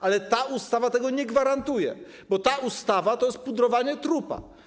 Ale ta ustawa tego nie gwarantuje, bo ta ustawa to jest pudrowanie trupa.